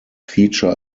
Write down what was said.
feature